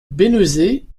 bénezet